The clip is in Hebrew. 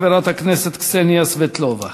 חברת הכנסת קסניה סבטלובה.